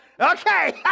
Okay